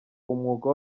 umwuga